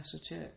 church